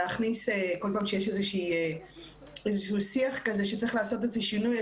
להכניס כל פעם שיש איזשהו שיח כזה שצריך לעשות איזה שינוי,